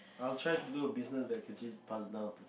I'll try to do a business that I can see passed down